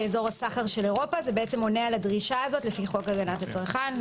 אזור הסחר של אירופה זה עונה על הדרישה הזאת לפי חוק הגנת הצרכן.